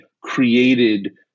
created